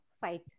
fight